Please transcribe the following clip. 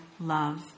love